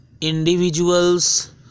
individuals